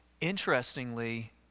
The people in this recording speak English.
interestingly